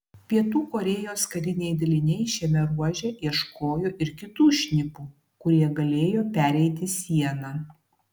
pietų korėjos kariniai daliniai šiame ruože ieškojo ir kitų šnipų kurie galėjo pereiti sieną